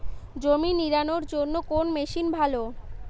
জমি নিড়ানোর জন্য কোন মেশিন ভালো?